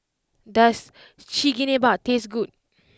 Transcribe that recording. does Chigenabe taste good